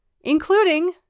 including